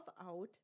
out